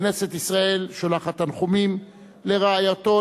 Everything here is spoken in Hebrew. כנסת ישראל שולחת תנחומים לרעייתו,